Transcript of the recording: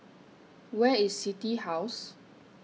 Where IS City House